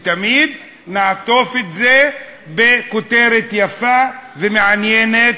ותמיד נעטוף את זה בכותרת יפה ומעניינת,